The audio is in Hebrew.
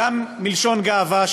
גם מלשון גאווה,